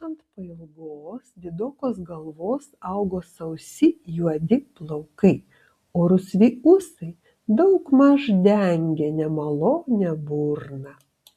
ant pailgos didokos galvos augo sausi juodi plaukai o rusvi ūsai daugmaž dengė nemalonią burną